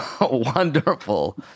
wonderful